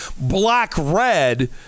black-red